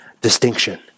distinction